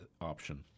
option